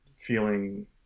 feeling